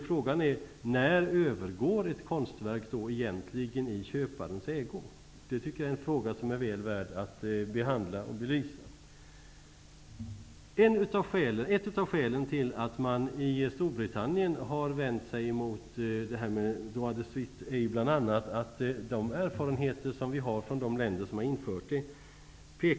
Frågan är när ett konstverk egentligen övergår i köparens ägo. Det är en fråga som är väl värd att belysa. Ett av skälen till att man i Storbritannien har vänt sig mot droit de suite är bl.a. de erfarenheter som finns från länder som infört droit de suite.